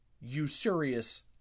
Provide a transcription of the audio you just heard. usurious